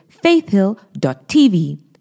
faithhill.tv